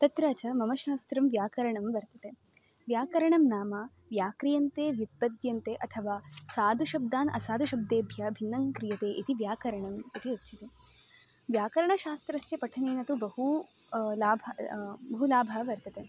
तत्र च मम शास्त्रं व्याकरणं वर्तते व्याकरणं नाम व्याक्रियन्ते व्युत्पद्यन्ते अथवा साधुशब्दान् असाधुशब्देभ्यः भिन्नं क्रियते इति व्याकरणम् इति उच्यते व्याकरणशास्त्रस्य पठनेन तु बहु लाभः बहु लाभः वर्तते